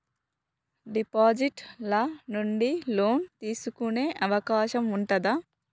Deposit ల నుండి loan తీసుకునే అవకాశం ఉంటదా?